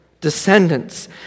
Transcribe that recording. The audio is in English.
descendants